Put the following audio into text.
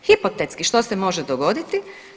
Hipotetski što se može dogoditi?